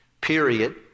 period